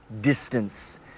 distance